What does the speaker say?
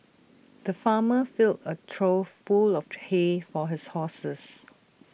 the farmer filled A trough full of hay for his horses